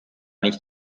nicht